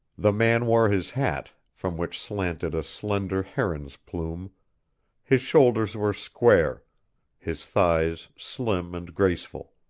the man wore his hat, from which slanted a slender heron's plume his shoulders were square his thighs slim and graceful.